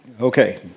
Okay